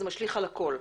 זה משליך על הכול.